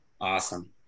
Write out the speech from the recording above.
Awesome